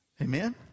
amen